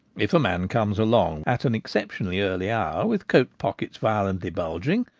if a man comes along at an exceptionally early hour with coat pockets violently bulging,